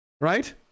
right